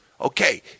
Okay